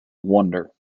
wonder